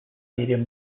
medium